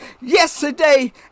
yesterday